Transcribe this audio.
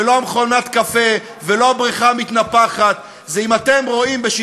מהם, ואתם מביאים אותנו לחתונה קתולית אתם.